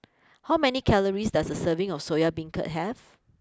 how many calories does a serving of Soya Beancurd have